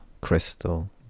crystal